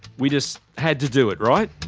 we just had to do it, right.